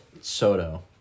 Soto